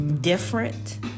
different